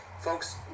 folks